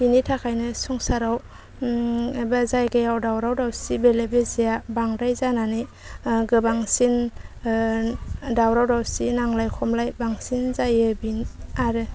बेनि थाखायनो संसाराव एबा जायगायाव दावराव दावसि बेले बेजेआ बांद्राय जानानै गोबांसिन दावराव दावसि नांलाय खमलाय बांसिन जायो बिनो आरो